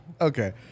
Okay